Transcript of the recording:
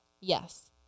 Yes